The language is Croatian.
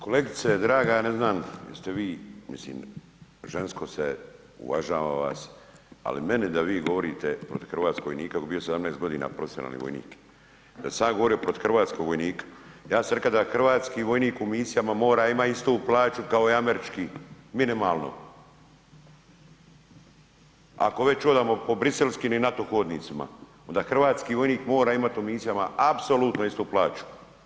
Kolegice draga ja ne znam jeste vi, mislim žensko ste, uvažavam vas, ali meni da vi govorite protiv hrvatskog vojnika, bio 18 godina profesionalni vojnik, da sam ja govorio protiv hrvatskog vojnika, ja sam reka da hrvatski vojnik u misijama mora imat istu plaću kao i američki, minimalno, ako već hodamo po Briselskim i NATO hodnicima, onda hrvatski vojnik mora imati u misijama apsolutno istu plaću.